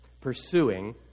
Pursuing